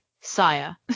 sire